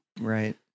Right